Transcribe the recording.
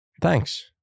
Thanks